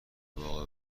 باغ